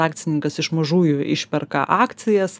akcininkas iš mažųjų išperka akcijas